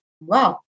Wow